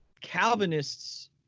Calvinists